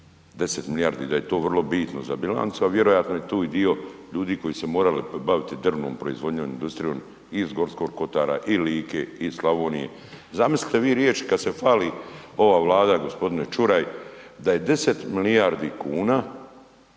10 milijardi da je to vrlo bitno za bilancu, a vjerojatno je tu i dio ljudi koji su se morali baviti drvnom proizvodnjom, industrijom i iz Gorskog kotara i Like i iz Slavonije. Zamislite vi riječi kad se hvali ova Vlada gospodine Čuraj da je 10 milijardi kuna